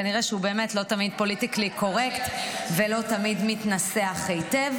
כנראה שהוא באמת לא תמיד פוליטיקלי קורקט ולא תמיד מתנסח היטב.